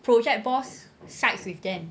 project boss sides with them